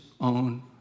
own